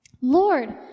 Lord